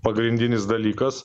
pagrindinis dalykas